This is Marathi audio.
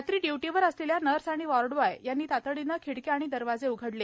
रात्री ड्यूटीवर असलेल्या नर्स आणि वॉर्डबॉय यांनी तातडीने खिडक्या दरवाजे उघडले